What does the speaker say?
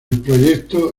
proyecto